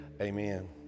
amen